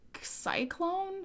cyclone